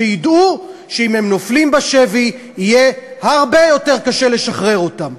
שידעו שאם הם נופלים בשבי יהיה הרבה יותר קשה לשחרר אותם.